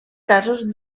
casos